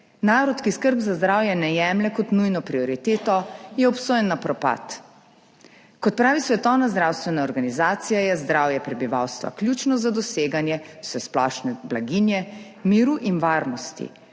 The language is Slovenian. narod, ki skrb za zdravje ne jemlje kot nujno prioriteto, je obsojen na propad. Kot pravi Svetovna zdravstvena organizacija, je zdravje prebivalstva ključno za doseganje vsesplošne blaginje, miru in varnosti,